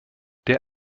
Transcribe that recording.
der